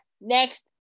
next